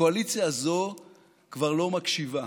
הקואליציה הזו כבר לא מקשיבה.